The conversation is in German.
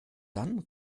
dann